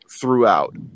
throughout